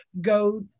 go